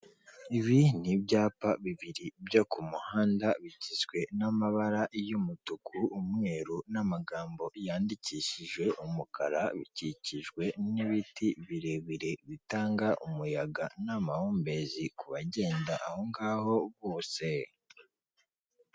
Iyi foto iratwereka icyapa cya eyateri ikatwereka umuntu ufashe urupapuro mu kuboko kw'ibumoso ndetse akaba afite na terefone mu kuboko k'iburyo akaba ari gufotora urupapuro.